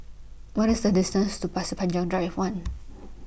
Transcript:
What IS The distance to Pasir Panjang Drive one